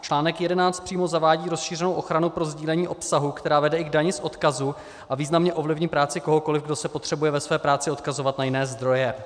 Článek 11 přímo zavádí rozšířenou ochranu pro sdílení obsahu, která vede i k dani z odkazu a významně ovlivní práci kohokoli, kdo se potřebuje ve své práci odkazovat na jiné zdroje.